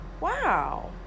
wow